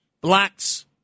Blacks